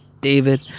David